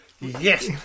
yes